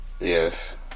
Yes